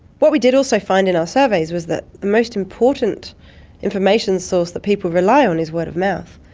what we did also find in our surveys was that the most important information source that people rely on is word of mouth.